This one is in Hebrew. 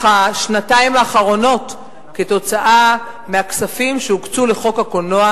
השנתיים האחרונות כתוצאה מהכספים שהוקצו לחוק הקולנוע,